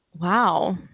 Wow